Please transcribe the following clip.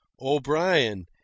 O'Brien